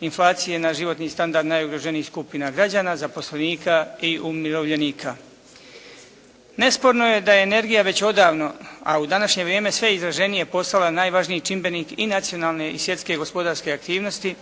inflacije na životni standard najugroženijih skupina građana, zaposlenika i umirovljenika. Nesporno je da je energija već odavno, a u današnje vrijeme sve izraženije postala najvažniji čimbenik i nacionalne i svjetske gospodarske aktivnosti